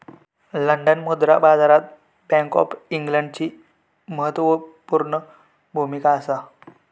London मुद्रा बाजारात bank of इंग्लंडची म्हत्त्वापूर्ण भुमिका असा